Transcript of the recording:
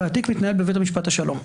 והתיק מתנהל בבית משפט השלום,